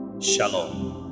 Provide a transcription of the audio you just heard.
shalom